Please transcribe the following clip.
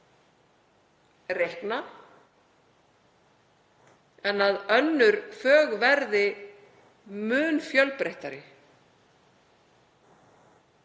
reikna, en að önnur fög verði mun fjölbreyttari.